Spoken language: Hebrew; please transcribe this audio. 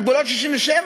על גבולות 67',